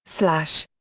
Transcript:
slash.